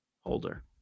holder